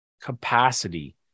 capacity